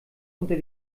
unter